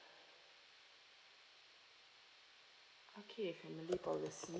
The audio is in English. okay family policy